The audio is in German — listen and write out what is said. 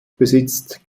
besitzt